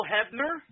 Hebner